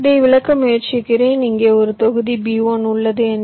இதை விளக்க முயற்சிக்கிறேன் இங்கே ஒரு தொகுதி B1 உள்ளது என்று சொல்லலாம்